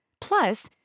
Plus